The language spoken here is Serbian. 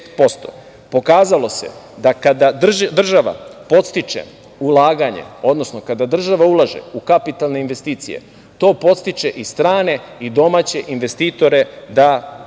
6%.Pokazalo se da kada država podstiče ulaganje, odnosno kada država ulaže u kapitalne investicije to podstiče i strane i domaće investitore da ulažu.